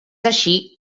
així